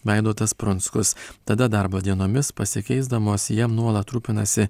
vaidotas prunskus tada darbo dienomis pasikeisdamos jam nuolat rūpinasi